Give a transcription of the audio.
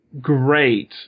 great